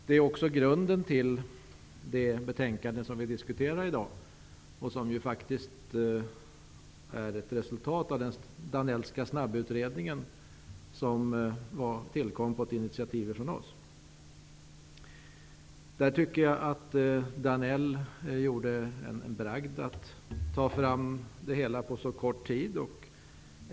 Det är också grunden till det betänkande som vi diskuterar i dag och som är ett resultat av den Danellska snabbutredningen, som tillkom på initiativ av oss. Jag tycker att det var en bragd av Danell att ta fram det hela på så kort tid.